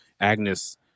Agnes